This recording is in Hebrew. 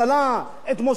את מוסדותיה,